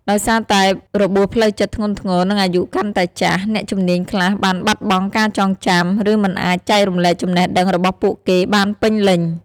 ដោយសារតែរបួសផ្លូវចិត្តធ្ងន់ធ្ងរ និងអាយុកាន់តែចាស់ អ្នកជំនាញខ្លះបានបាត់បង់ការចងចាំ ឬមិនអាចចែករំលែកចំណេះដឹងរបស់ពួកគេបានពេញលេញ។